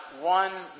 one